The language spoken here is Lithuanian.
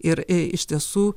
ir iš tiesų